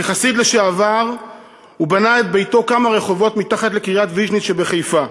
כחסיד לשעבר הוא בנה את ביתו כמה רחובות מתחת לקריית-ויז'ניץ שבחיפה.